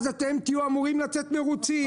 אתם תהיו אמורים לצאת מרוצים.